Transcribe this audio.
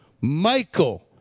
Michael